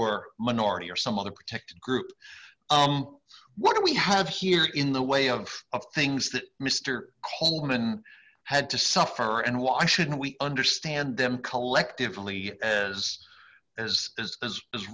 're minority or some other protected group what do we have here in the way of things that mister coleman had to suffer and why shouldn't we understand them collectively as as as as